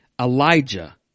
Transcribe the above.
Elijah